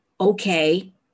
okay